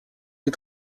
des